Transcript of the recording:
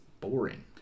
boring